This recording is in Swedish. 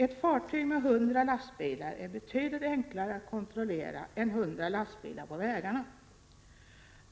Ett fartyg med 100 lastbilar är betydligt enklare att kontrollera än 100 lastbilar på vägarna.